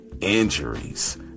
injuries